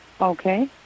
Okay